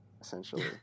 essentially